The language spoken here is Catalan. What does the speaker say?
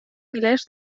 milers